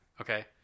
okay